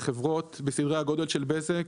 בחברות בסדרי הגודל של בזק,